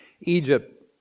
Egypt